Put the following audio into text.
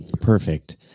Perfect